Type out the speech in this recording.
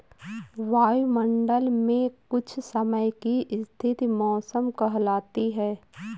वायुमंडल मे कुछ समय की स्थिति मौसम कहलाती है